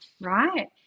right